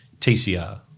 TCR